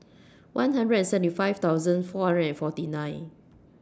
one hundred and seventy five thousand four hundred and forty nine